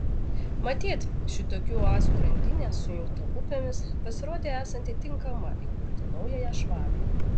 matyt šitokių oazių grandinė sujungta upėmis pasirodė esanti tinkama įkurti naująją švabiją